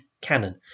canon